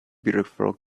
beautiful